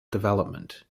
development